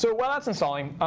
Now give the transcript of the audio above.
so while that's installing,